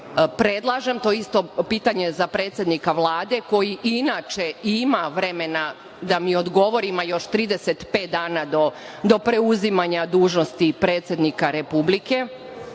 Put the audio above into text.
medija. To je isto pitanje za predsednika Vlade, koji inače ima vremena da mi odgovori, ima još 35 dana do preuzimanja dužnosti predsednika Republike